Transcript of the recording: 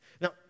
Now